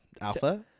Alpha